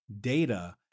data